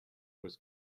was